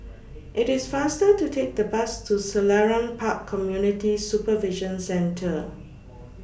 IT IS faster to Take The Bus to Selarang Park Community Supervision Centre